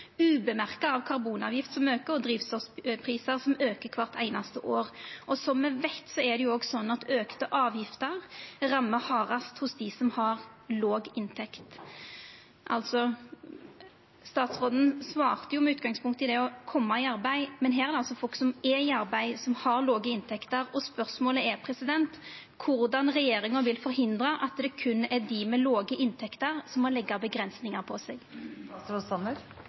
avgifter dei som har låg inntekt, hardast. Statsråden svarte jo med utgangspunkt i det å koma i arbeid, men her er det altså folk som er i arbeid, som har låge inntekter. Spørsmålet er korleis regjeringa vil forhindra at det er berre dei med låge inntekter som må setja grenser for seg